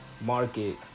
market